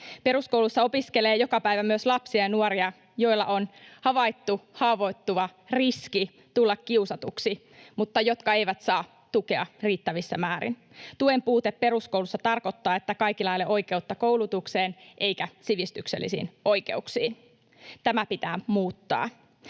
Peruskoulussa opiskelee joka päivä myös lapsia ja nuoria, joilla on havaittu haavoittuva riski tulla kiusatuiksi, mutta jotka eivät saa tukea riittävissä määrin. Tuen puute peruskoulussa tarkoittaa, että kaikilla ei ole oikeutta koulutukseen eikä sivistyksellisiin oikeuksiin. Tämä pitää muuttaa.